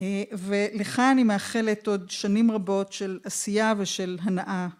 ולך אני מאחלת עוד שנים רבות של עשייה ושל הנאה.